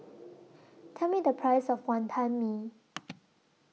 Tell Me The Price of Wonton Mee